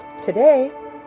Today